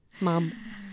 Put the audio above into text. mom